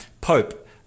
Pope